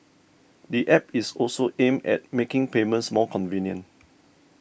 the App is also aimed at making payments more convenient